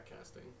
casting